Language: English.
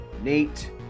Nate